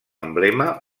emblema